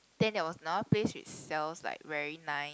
then there was another place which sells like very nice